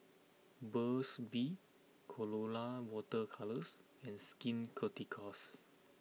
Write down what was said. Burt's bee Colora Water Colours and Skin Ceuticals